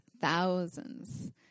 thousands